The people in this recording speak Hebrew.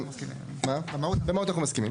על המהות אנחנו מסכימים.